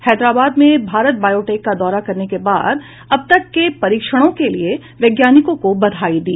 हैदराबाद में भारत बायोटेक का दौरा करने के बाद अब तक के परिक्षणों के लिए वैज्ञानिकों को बधाई दी